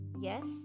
Yes